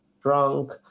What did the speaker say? drunk